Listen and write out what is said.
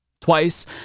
twice